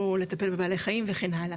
או לטפל בבעלי חיים וכן הלאה,